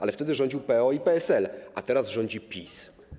Ale wtedy rządziły PO i PSL, a teraz rządzi PiS.